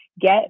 Get